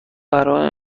برنامه